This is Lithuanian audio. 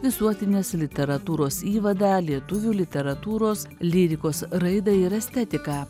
visuotinės literatūros įvadą lietuvių literatūros lyrikos raidą ir estetiką